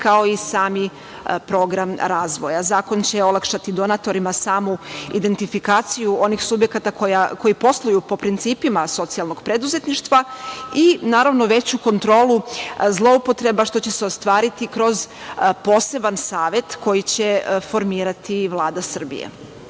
kao i sami program razvoja. Zakon će olakšati donatorima samu identifikaciju onih subjekata koji posluju po principima socijalnog preduzetništva i naravno, veću kontrolu zloupotreba, što će se ostvariti kroz poseban savet koji će formirati Vlada Srbije. Ulogu